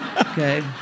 Okay